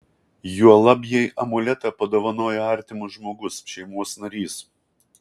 juolab jei amuletą padovanojo artimas žmogus šeimos narys